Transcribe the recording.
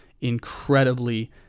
incredibly